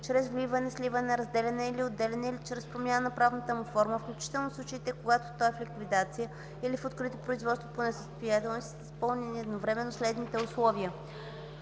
чрез вливане, сливане, разделяне или отделяне, или чрез промяна на правната му форма, включително в случаите, когато той е в ликвидация или в открито производство по несъстоятелност и са изпълнени едновременно следните условия: